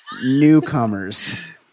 newcomers